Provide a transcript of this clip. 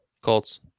Colts